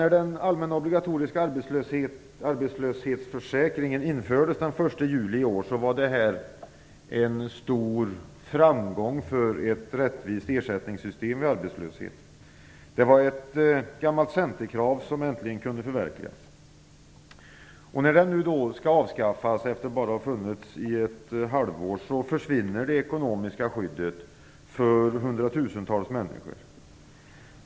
När den allmänna obligatoriska arbetslöshetsförsäkringen infördes den 1 juli i år var det en stor framgång för ett rättvist ersättningssystem vid arbetslöshet. Ett gammalt centerkrav kunde äntligen förverkligas. När den nu skall avskaffas efter att bara ha funnits i ett halvår försvinner det ekonomiska skyddet för hundratusentals människor.